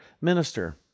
minister